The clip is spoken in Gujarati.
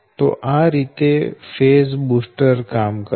તો આ રીતે ફેઝ બૂસ્ટર કામ કરશે